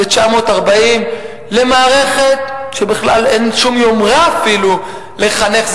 זה 940 למערכת שבכלל אין לה שום יומרה אפילו לחנך.